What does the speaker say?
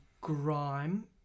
Grime